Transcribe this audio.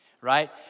Right